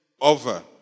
over